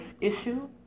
issue